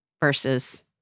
versus